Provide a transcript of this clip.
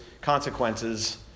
consequences